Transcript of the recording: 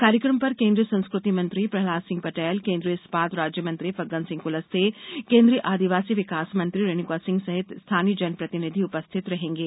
कार्यकम में पर केन्द्रीय संस्कृति मंत्री प्रहलाद सिंह पटैल केन्द्रीय इस्पात राज्यमंत्री फग्गन सिंह कुलस्ते केन्द्रीय आदिवासी विकास मंत्री रेणुका सिंह सहित स्थानीय जनप्रतिनिधि उपस्थित रहेंगे